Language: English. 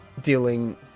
dealing